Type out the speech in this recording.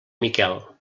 miquel